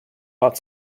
hot